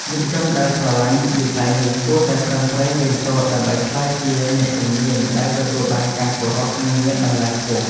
យុវជនដែលស្រឡាញ់វិស័យនេះគួរតែប្រឹងប្រែងរៀនសូត្រ ដើម្បីក្លាយជាអ្នកជំនាញដែលទទួលបានការគោរពនិងមានតម្លៃខ្ពស់។